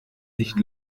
nicht